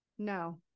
No